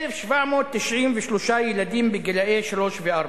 יש 1,793 ילדים בגיל שלוש וארבע,